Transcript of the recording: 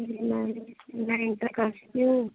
मैं मैं इंटर कर चुकी हूँ